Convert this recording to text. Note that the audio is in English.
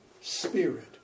Spirit